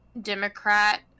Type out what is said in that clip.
democrat